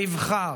הנבחר,